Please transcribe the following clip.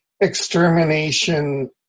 extermination